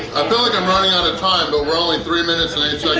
and like i'm running out of time, but we're only three minutes and